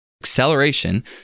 Acceleration